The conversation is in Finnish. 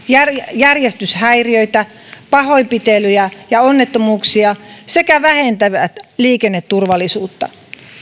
järjestyshäiriöitä pahoinpitelyjä ja onnettomuuksia sekä vähentävät liikenneturvallisuutta